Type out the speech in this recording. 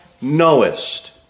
knowest